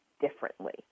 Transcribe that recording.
differently